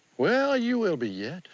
well, you will be yet.